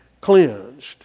cleansed